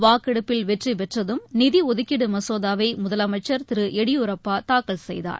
வாக்கெடுப்பில் வெற்றிபெற்றதும் நிதிஒதுக்கீடுமசோதாவைமுதலமைச்சர் திருஎடியூரப்பாதாக்கல் செய்தார்